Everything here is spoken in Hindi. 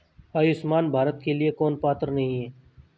आयुष्मान भारत के लिए कौन पात्र नहीं है?